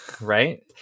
right